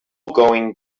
going